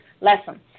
lesson